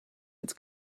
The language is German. als